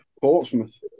Portsmouth